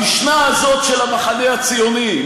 המשנה הזאת של המחנה הציוני,